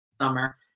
summer